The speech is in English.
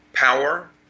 Power